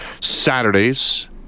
Saturdays